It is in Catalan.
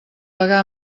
pagar